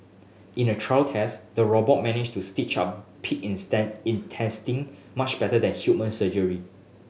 in a trial test the robot managed to stitch up pig instance intestine much better than human surgery